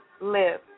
live